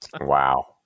wow